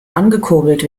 angekurbelt